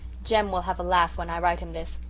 jem will have a laugh when i write him this.